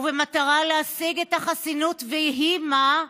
ובמטרה להשיג את החסינות ויהי מה,